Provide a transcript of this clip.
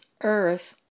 earth